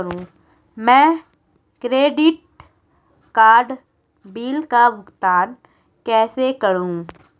मैं credit card bill का भुगतान कैसे करूं?